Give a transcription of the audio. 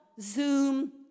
Zoom